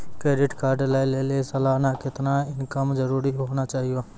Credit card लय लेली सालाना कितना इनकम जरूरी होना चहियों?